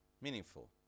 Meaningful